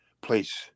place